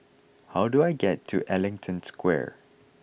how do I get to Ellington Square